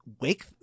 wake